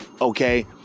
Okay